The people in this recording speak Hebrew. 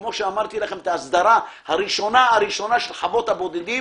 כמו שאמרתי לכם את ההסדרה הראשונה הראשונה של חוות הבודדים